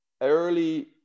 early